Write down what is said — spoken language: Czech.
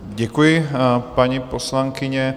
Děkuji, paní poslankyně.